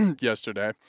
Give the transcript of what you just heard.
yesterday